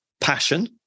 passion